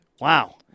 Wow